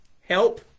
help